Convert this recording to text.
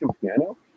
piano